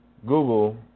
Google